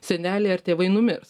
seneliai ar tėvai numirs